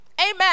Amen